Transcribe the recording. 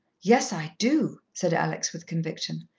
yes, i do, said alex with conviction.